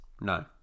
No